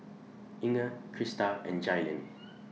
Inger Krysta and Jailyn